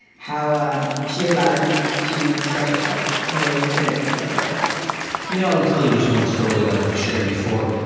how um she allowed you to to express yourself in a way you couldn't otherwise you know i'll tell you just one story that i've shared before.